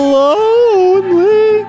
lonely